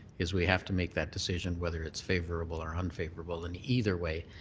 is we have to make that decision whether it's favourable or unfavourable. and either way